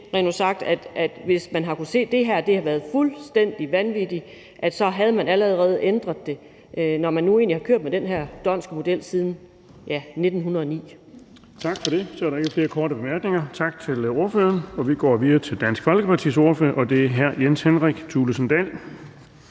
rent ud sagt, at hvis man har kunnet se, at det her har været fuldstændig vanvittigt, havde man allerede ændret det, når man nu egentlig har kørt med den her d'Hondtske model siden, ja, 1909. Kl. 17:59 Den fg. formand (Erling Bonnesen): Tak for det. Så er der ikke flere korte bemærkninger. Tak til ordføreren. Vi går videre til Dansk Folkepartis ordfører, og det er hr. Jens Henrik Thulesen Dahl.